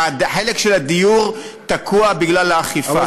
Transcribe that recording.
רק החלק של הדיור תקוע, בגלל האכיפה.